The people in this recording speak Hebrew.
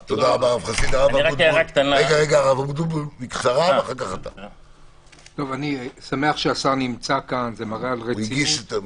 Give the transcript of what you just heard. אני שמח שהשר נמצא כאן, זה מראה על רצינות.